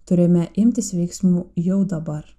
turime imtis veiksmų jau dabar